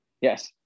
Yes